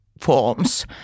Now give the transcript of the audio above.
forms